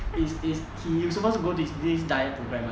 is is he he suppose to go to this diet program ah